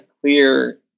clear